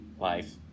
life